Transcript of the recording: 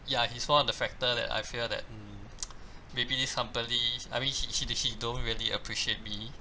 ya he's one of the factor that I feel that mm maybe this company I mean he he he don't really appreciate me